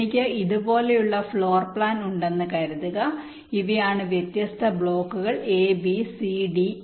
എനിക്ക് ഇതുപോലുള്ള floor plan ഉണ്ടെന്ന് കരുതുക ഇവയാണ് വ്യത്യസ്ത ബ്ലോക്കുകൾ A B C D E